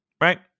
Right